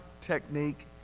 technique